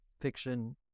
fiction